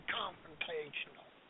confrontational